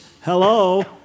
hello